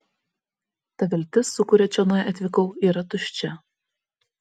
ta viltis su kuria čionai atvykau yra tuščia